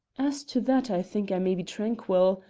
as to that i think i may be tranquil.